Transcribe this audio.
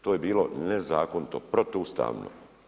To je bilo nezakonito, protu ustavno.